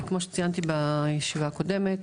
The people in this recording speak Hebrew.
כרגע כמו שציינתי בישיבה הקודמת,